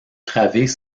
travées